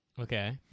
Okay